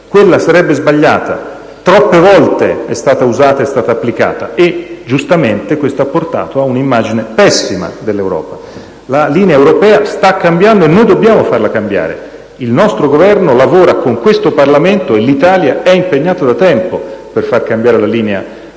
quella sarebbe sbagliata; troppe volte è stata applicata e, giustamente, questo ha portato ad un'immagine pessima dell'Europa. La linea europea sta cambiando, e noi dobbiamo farla cambiare. Il nostro Governo lavora con questo Parlamento e l'Italia è impegnata da tempo per far cambiare la linea